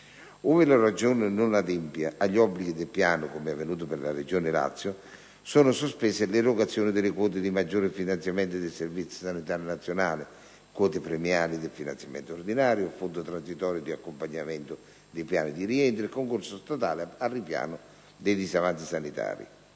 Ove la Regione non adempia agli obblighi del piano, come è avvenuto per la Regione Lazio, sono sospese le erogazioni delle quote del maggior finanziamento del Servizio sanitario nazionale (quote premiali del finanziamento ordinario, fondo transitorio di accompagnamento dei piani di rientro e concorso statale ai ripiano dei disavanzi sanitari).